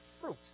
fruit